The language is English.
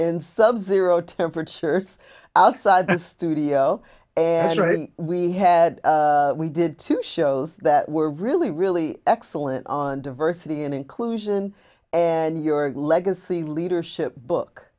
in subzero temperatures outside the studio and we had we did two shows that were really really excellent on diversity and inclusion and your legacy leadership book